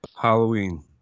Halloween